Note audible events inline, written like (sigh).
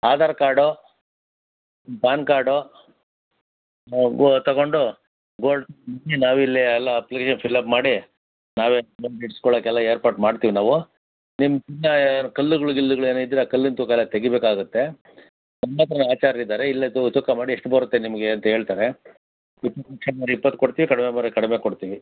Aadhaar card PAN card ಗೋ ತಗೊಂಡು gold ನಾವಿಲ್ಲೇ ಎಲ್ಲ ಅಪ್ಲಿಕೇಶನ್ ಫಿಲಪ್ ಮಾಡಿ ನಾವೇ (unintelligible) ಬಿಡ್ಸ್ಕೊಳಕ್ಕೆ ಎಲ್ಲ ಏರ್ಪಾಟು ಮಾಡ್ತೀವಿ ನಾವು ನಿಮ್ಮ (unintelligible) ಕಲ್ಲುಗಳು ಗಿಲ್ಲುಗಳು ಏನೂ ಇದ್ದರೆ ಆ ಕಲ್ಲಿನ ತೂಕ ಎಲ್ಲ ತೆಗಿಬೇಕಾಗುತ್ತೆ ನಮ್ಮ ಹತ್ರವೇ ಆಚಾರ್ರು ಇದ್ದಾರೆ ಇಲ್ಲೇ ತೂ ತೂಕ ಮಾಡಿ ಎಷ್ಟು ಬರುತ್ತೆ ನಿಮಗೆ ಅಂತ ಹೇಳ್ತಾರೆ (unintelligible) ಇಪ್ಪತ್ತು ಕೊಡ್ತೀವಿ ಕಡಿಮೆ ಬಂದರೆ ಕಡಿಮೆ ಕೊಡ್ತೀವಿ